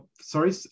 sorry